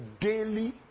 daily